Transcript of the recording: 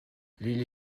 les